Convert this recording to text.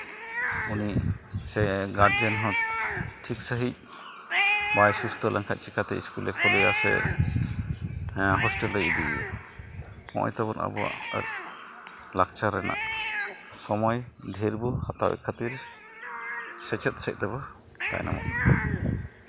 ᱩᱱᱤ ᱥᱮ ᱜᱟᱨᱡᱮᱱ ᱦᱚᱸ ᱴᱷᱤᱠ ᱥᱟᱺᱦᱤᱡ ᱵᱟᱭ ᱥᱩᱥᱛᱷᱚ ᱞᱮᱱᱠᱷᱟᱱ ᱪᱤᱠᱟᱹᱛᱮ ᱤᱥᱠᱩᱞᱮ ᱠᱩᱞᱮᱭᱟᱥᱮ ᱦᱳᱥᱴᱮᱞᱮ ᱤᱫᱤᱭᱮᱭᱟ ᱱᱚᱜᱼᱚᱭ ᱛᱟᱵᱚᱱ ᱟᱵᱚᱣᱟᱜ ᱞᱟᱠᱪᱟᱨ ᱨᱮᱱᱟᱜ ᱥᱚᱢᱚᱭ ᱰᱷᱮᱨ ᱵᱚᱱ ᱦᱟᱛᱟᱣᱮᱫ ᱠᱷᱟᱹᱛᱤᱨ ᱥᱮᱪᱮᱫ ᱥᱮᱫ ᱛᱮᱵᱚᱱ ᱛᱟᱭᱱᱚᱢᱚᱜ ᱠᱟᱱᱟ